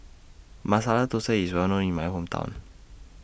Masala Thosai IS Well known in My Hometown